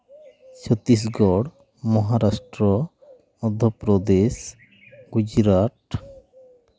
Chhattisgarh Maharashtra Madhya Pradesh Gujarat